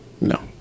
no